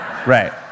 Right